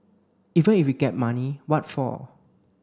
even if we get money what for